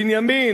בנימין,